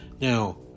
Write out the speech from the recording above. Now